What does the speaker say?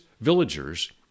villagers